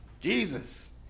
Jesus